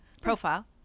profile